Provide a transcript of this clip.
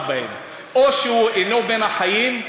נמצא באחד משני המצבים: או שהוא אינו בין החיים,